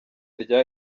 rya